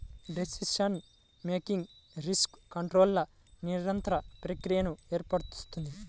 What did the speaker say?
decision making risk కంట్రోల్ల నిరంతర ప్రక్రియను ఏర్పరుస్తుంది